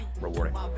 rewarding